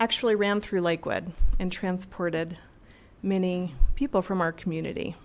actually ran through lakewood and transported many people from our community